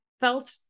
felt